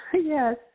yes